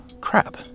crap